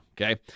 Okay